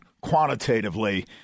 quantitatively